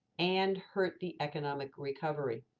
and hurt the economic recovery.